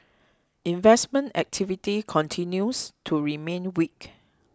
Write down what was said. investment activity continues to remain weak